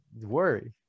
Worry